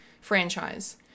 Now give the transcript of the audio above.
franchise